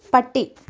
പട്ടി